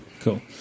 cool